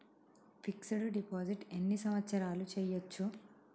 Fix డ్ deposit ఎన్ని సంవత్సరాలు చేయచ్చు?